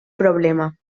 problema